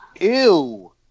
ew